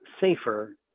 safer